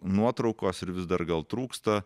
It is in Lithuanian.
nuotraukos ir vis dar gal trūksta